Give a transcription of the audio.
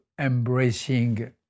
embracing